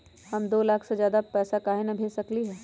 हम दो लाख से ज्यादा पैसा काहे न भेज सकली ह?